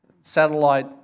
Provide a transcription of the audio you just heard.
satellite